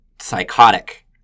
psychotic